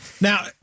Now